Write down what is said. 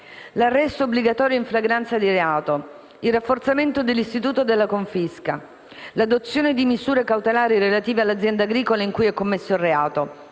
l'arresto obbligatorio in flagranza di reato; il rafforzamento dell'istituto della confisca; l'adozione di misure cautelari relative all'azienda agricola in cui è commesso il reato;